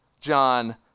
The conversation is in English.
John